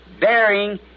bearing